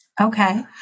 Okay